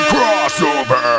Crossover